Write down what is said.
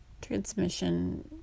transmission